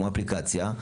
כמו אפליקציה,